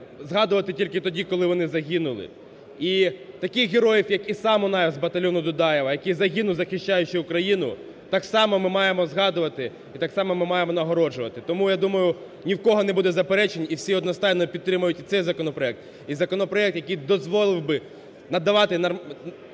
згадувати тільки тоді, коли вони загинули. І таких героїв, як Іса Мунаєв з батальйону Дудаєва, який загинув, захищаючи Україну, так само ми маємо згадувати і так само ми маємо нагороджувати. Тому, я думаю, ні в кого не буде заперечень і всі одностайно підтримають і цей законопроект, і законопроект, який дозволив би надавати громадянство